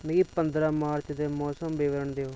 मिगी पंदरां मार्च दे मौसम विवरण देओ